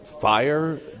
fire